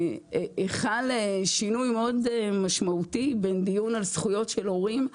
חל שינוי מאוד משמעותי בין דיון על זכויות של הורים,